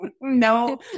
No